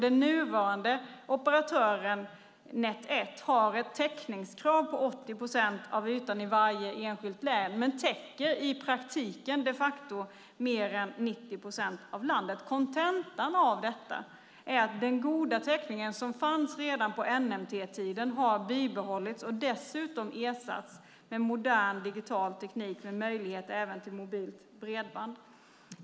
Den nuvarande operatören Net 1 har ett täckningskrav på 80 procent av ytan i varje enskilt län men täcker de facto mer än 90 procent av landet. Kontentan av detta är att den goda täckning som fanns redan på NMT-tiden har bibehållits och dessutom ersatts med modern digital teknik med möjlighet även till mobilt bredband.